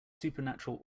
supernatural